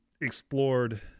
explored